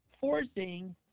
forcing